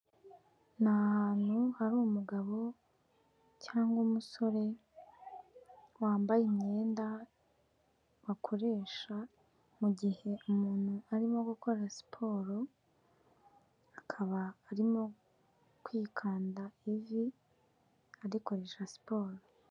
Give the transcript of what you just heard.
N'ahantu hari umugabo cyangwa umusore wambaye imyenda bakoresha mugihe umuntu arimo gukora siporo, akaba arimo kwikanda ivi arikoresha siporo.